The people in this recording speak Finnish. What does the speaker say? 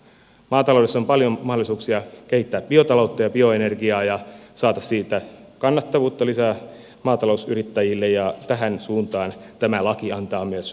maataloudessa on paljon mahdollisuuksia kehittää biotaloutta ja bioenergiaa ja saada siitä kannattavuutta lisää maatalousyrittäjille ja tähän suuntaan tämä laki antaa myös välineitä